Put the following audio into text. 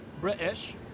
British